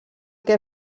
que